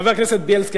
חבר הכנסת בילסקי,